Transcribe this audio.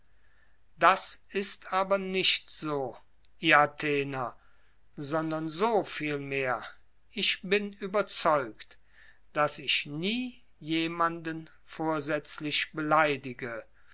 das ist aber nicht so ihr athener sondern so vielmehr ich bin überzeugt daß ich nie jemanden vorsätzlich beleidige